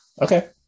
Okay